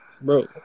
Bro